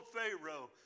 Pharaoh